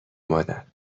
مادر